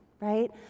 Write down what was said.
right